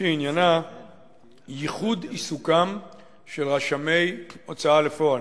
שעניינה ייחוד עיסוקם של רשמי הוצאה לפועל.